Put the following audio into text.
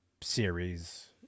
series